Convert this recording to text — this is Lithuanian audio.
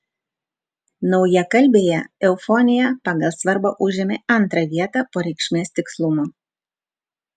naujakalbėje eufonija pagal svarbą užėmė antrą vietą po reikšmės tikslumo